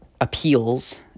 appeals